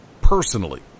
personally